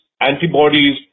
antibodies